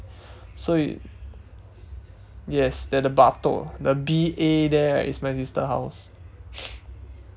so you yes there the batok the B A there right is my sister house